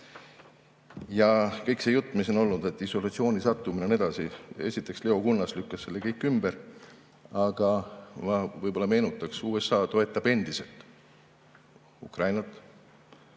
Kogu see jutt, mis on olnud, et isolatsiooni sattumine ja nii edasi. Esiteks, Leo Kunnas lükkas selle kõik ümber. Aga ma võib-olla meenutan, et USA toetab endiselt Ukrainat.